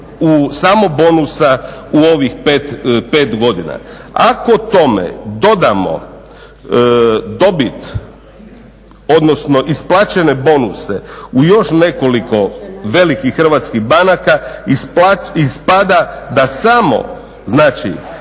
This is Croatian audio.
u samo bonusa u ovih 5 godina. Ako tome dodamo dobit odnosno isplaćene bonuse u još nekoliko velikih hrvatskih banaka ispada da samo na